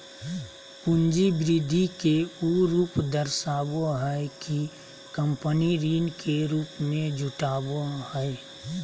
पूंजी वृद्धि के उ रूप दर्शाबो हइ कि कंपनी ऋण के रूप में जुटाबो हइ